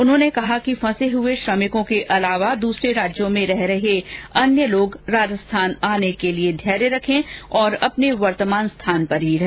उन्होंने कहा कि फंसे हुए श्रमिकों के अलावा दूसरे राज्यों में रह रहे अन्य लोग राजस्थान आने के लिए धैर्य रखें और अपने वर्तमान स्थान पर ही रहे